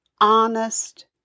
honest